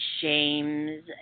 James